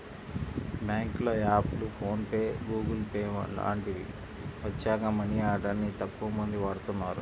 బ్యేంకుల యాప్లు, PhonePe, Google Pay లాంటివి వచ్చాక మనీ ఆర్డర్ ని తక్కువమంది వాడుతున్నారు